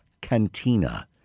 Cantina